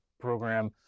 program